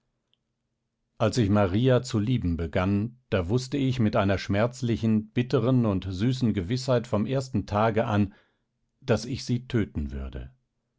als ich maria zu lieben begann da wußte ich mit einer schmerzlichen bitteren und süßen gewißheit vom ersten tage an daß ich sie töten würde